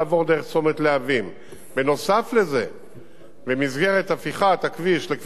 במסגרת הפיכת הכביש לכביש חוצה-ישראל ממאחז,